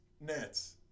Nets